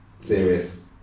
serious